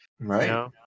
Right